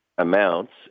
Amounts